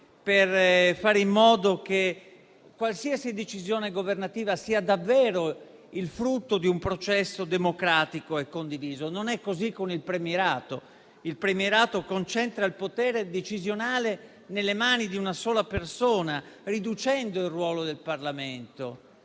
per fare in modo che qualsiasi decisione governativa sia davvero il frutto di un processo democratico e condiviso. Non è così con il premierato. Il premierato concentra il potere decisionale nelle mani di una sola persona, riducendo il ruolo del Parlamento,